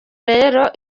rero